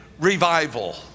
revival